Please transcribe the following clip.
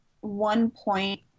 one-point